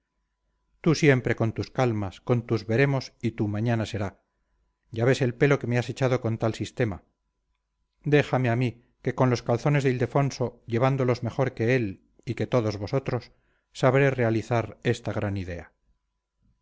tú siempre con tus calmas con tu veremos y tu mañana será ya ves el pelo que has echado con tal sistema déjame a mí que con los calzones de ildefonso llevándolos mejor que él y que todos vosotros sabré realizar esta gran idea